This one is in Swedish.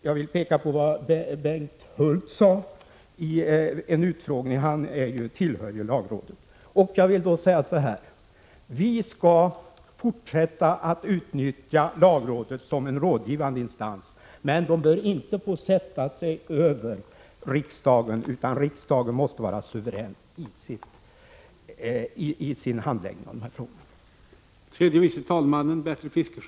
Jag vill peka på vad Bengt Hult, som tillhör lagrådet, sade i en utfrågning. Vi skall fortsätta att utnyttja lagrådet som en rådgivande instans, men det bör inte få sätta sig över riksdagen, utan riksdagen måste vara suverän i sin handläggning av dessa frågor.